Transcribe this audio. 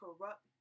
corrupt